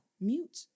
mute